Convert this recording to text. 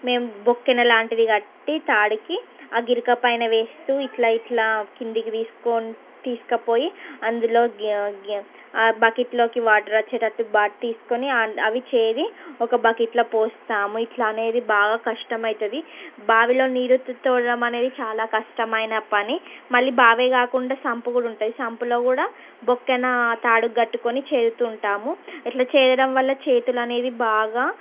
మేము బొక్కెన లాంటిది కట్టి తాడుకు ఆ గిలక పైన వేస్తూ ఇట్లా ఇట్లా కిందికి తీసుకొ తీసుకపోయి అందులోకి ఆ బకెట్లోకి వాటర్ వచ్చేటట్టు బాటి తీసుకొని అవి చేది ఒక బకెట్లో పోస్తాము ఇట్లా అనేది బాగా కష్టమైతుంది బావిలో నీరు తోడడం అనేది చాలా కష్టమైన పని మళ్ళీ బావే కాకుండా సంపు కూడా ఉంటుంది సంపులో కూడా బొక్కెనా తాడు కట్టుకొని చేదుతుంటాము ఎట్లా చేయడం వల్ల చేతులు అనేది బాగా